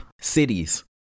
cities